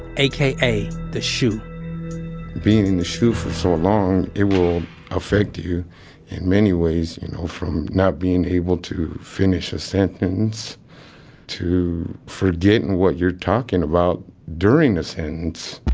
aka the shu being in the shu for so long, it will affect you in many ways. you know, from not being able to finish a sentence to forgetting what you're talking about during the sentence